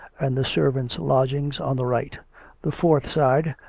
and the servants' lodgings on the right the fourth sride,